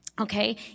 Okay